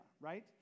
right